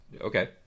Okay